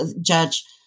judge